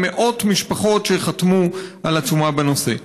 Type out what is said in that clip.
מאות משפחות חתמו על עצומה בנושא.